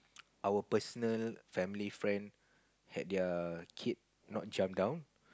our personal family friend had their kid not jump down